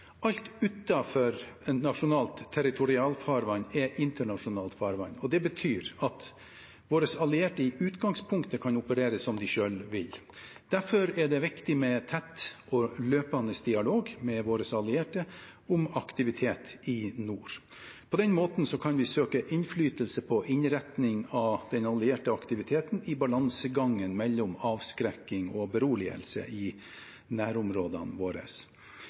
Alt utenfor nasjonalt territorialfarvann er internasjonalt farvann, og det betyr at våre allierte i utgangspunktet kan operere som de selv vil. Derfor er det viktig med tett og løpende dialog med våre allierte om aktivitet i nord. På den måten kan vi søke innflytelse på innretning av den allierte aktiviteten, i balansegangen mellom avskrekking og beroligelse i nærområdene våre.